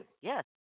Yes